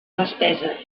despesa